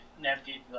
navigate